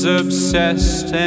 obsessed